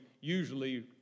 usually